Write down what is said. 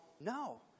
No